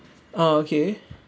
ah okay